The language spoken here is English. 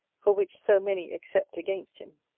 for which so many except against him.